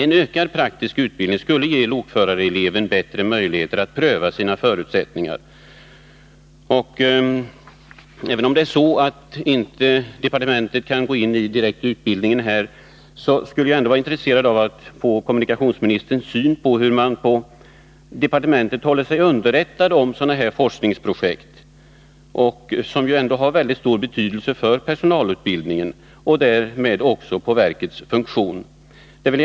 En ökad praktisk utbildning skulle ge lokförareleven bättre möjligheter att pröva sina förutsättningar. Även om departementet inte kan gå direkt in i utbildningen, skulle jag ändå vara intresserad av att få veta av kommunikationsministern hur man på departementet håller sig underrättad om sådana här forskningsprojekt, som har väldigt stor betydelse för personalutbildningen och därmed för verkets funktion.